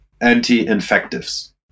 anti-infectives